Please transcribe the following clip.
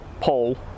Paul